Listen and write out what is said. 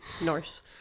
Norse